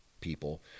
people